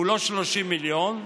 הוא לא 30 מיליון.